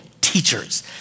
teachers